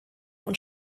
und